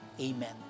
amen